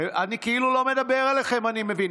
אני כאילו לא מדבר אליכם, אני מבין.